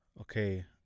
okay